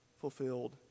fulfilled